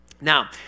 Now